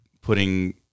putting